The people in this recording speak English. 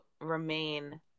remain